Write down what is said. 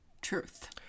Truth